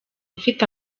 mfite